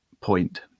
point